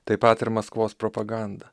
taip pat ir maskvos propaganda